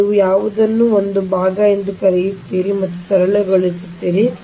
ಆದ್ದರಿಂದ ನೀವು ಯಾವುದನ್ನು ಒಂದು ಭಾಗ ಎಂದು ಕರೆಯುತ್ತೀರಿ ಮತ್ತು ಸರಳಗೊಳಿಸುತ್ತೀರಿ